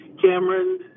Cameron